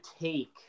take –